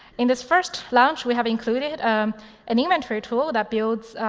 in this first launch, we have included an inventory tool that builds,